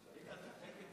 שלום לך, אדוני.